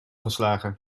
geslagen